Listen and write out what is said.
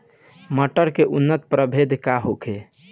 मटर के उन्नत प्रभेद का होखे?